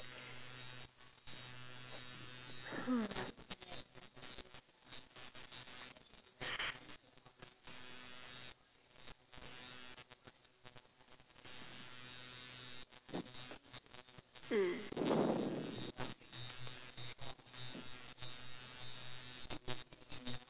mm mm